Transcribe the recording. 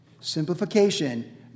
Simplification